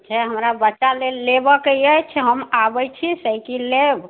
से हमरा बच्चा के लेल लेबऽ के अछि हम आबै छी साइकिल लेब